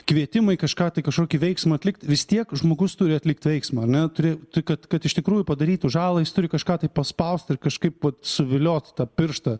kvietimai kažką tai kažkokį veiksmą atlikt vis tiek žmogus turi atlikt veiksmą ar ne turė tai kad kad iš tikrųjų padarytų žalą jis turi kažką tai paspaust ir kažkaip vat suviliot tą pirštą